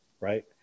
Right